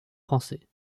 français